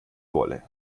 wolle